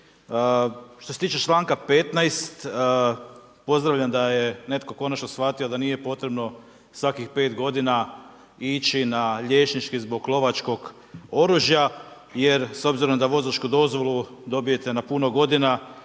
Što se tiče članka 15. pozdravljam da je netko konačno shvatio da nije potrebno svakih 5 godina ići na liječnički zbog lovačkog oružja jer s obzirom da vozačku dozvolu dobijete na puno godina,